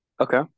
Okay